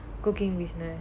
cooking business